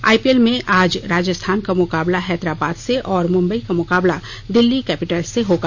IPL में आज राजस्थान का मुकाबला हैदराबाद से और मुंबई का मुकाबला दिल्ली कैपिटल्स से होगा